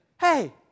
Hey